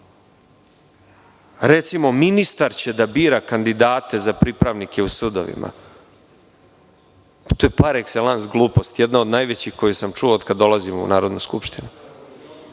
Recimo – ministar će da bira kandidate za pripravnike u sudovima. To je par ekselans glupost, jedna od najvećih koje sam čuo od kada dolazim u Narodnu